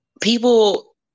people